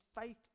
faith